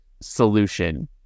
solution